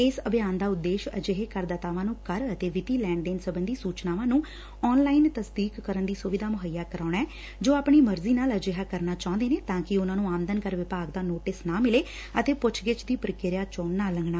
ਇਸ ਅਭਿਆਨ ਦਾ ਉਦੇਸ਼ ਅਜਿਹੇ ਕਰਦਾਤਾਵਾਂ ਨੂੰ ਕਰ ਅਤੇ ਵਿੱਤੀ ਲੈਣ ਦੇਣ ਸਬੰਧੀ ਸੁਚਨਾਵਾਂ ਨੂੰ ਆਨਲਾਈਨ ਤਸਦੀਕ ਕਰਨ ਦੀ ਸੁਵਿਧਾ ਮੁਹੱਈਆ ਕਰਾਉਣਾ ਐ ਜੋ ਆਪਣੀ ਮਰਜ਼ੀ ਨਾਲ ਅਜਿਹਾ ਕਰਨਾ ਚਾਹੂੰਦੇ ਨੇ ਤਾ ਕਿ ਉਨ੍ਹਾਂ ਨੂੰ ਆਮਦਨ ਕਰ ਵਿਭਾਗ ਦਾ ਨੋਟਿਸ ਨਾ ਮਿਲੇ ਅਤੇ ਪੁੱਛਗਿੱਛ ਦੀ ਪ੍ਰਕਿਰਿਆ ਚੋ ਨਾ ਲੰਘਣ